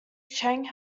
chang